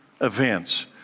events